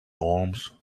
alms